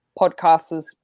podcasters